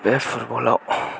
बे फुटबलाव